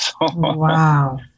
wow